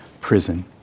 prison